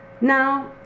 Now